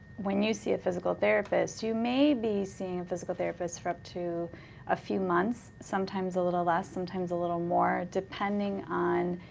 when you see a physical therapist, you may be seeing a physical therapist for up to a few months, sometimes a little less, sometimes a little more, depending on,